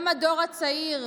גם הדור הצעיר,